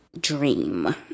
dream